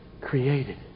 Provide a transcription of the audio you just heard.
Created